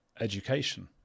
education